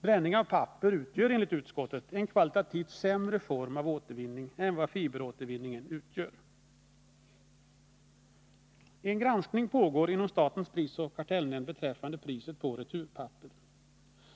Bränning av papper utgör, enligt utskottet, en kvalitativt sämre form av återvinning än vad fiberåtervinning utgör. En granskning pågår inom statens prisoch kartellnämnd beträffande priset på returpapper.